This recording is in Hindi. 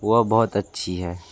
वह बहुत अच्छी है